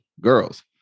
girls